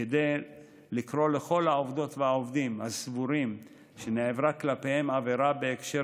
כדי לקרוא לכל העובדות והעובדים הסבורים שנעברה כלפיהם עבירה בהקשר